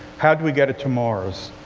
how do we get it to mars?